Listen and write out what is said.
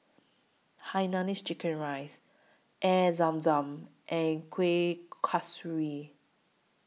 Hainanese Chicken Rice Air Zam Zam and Kueh Kasturi